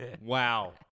Wow